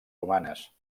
romanes